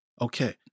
Okay